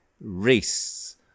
race